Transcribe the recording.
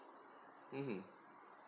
mmhmm